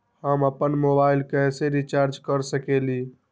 हम अपन मोबाइल कैसे रिचार्ज कर सकेली?